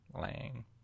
Lang